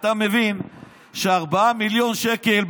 אתה מבין ש-4 מיליון שקל,